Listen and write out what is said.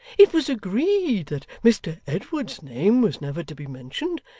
it was agreed that mr edward's name was never to be mentioned,